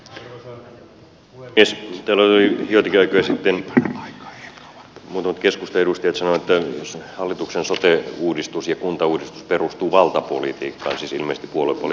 täällä ovat joitakin aikoja sitten muutamat keskustan edustajat sanoneet että hallituksen sote uudistus ja kuntauudistus perustuvat valtapolitiikkaan siis ilmeisesti puoluepoliittiseen valtapolitiikkaan